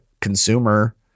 consumer